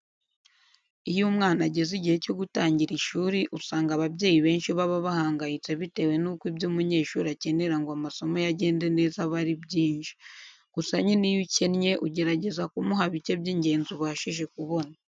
Iyo umwana ageze igihe cyo gutangira ishuri usanga ababyeyi benshi baba bahangayitse bitewe n'uko ibyo umunyeshuri akenera ngo amasomo ye agende neza aba ari byinshi. Gusa nyine iyo ukennye ugerageza kumuha bike by'ingenzi ubashije kubona.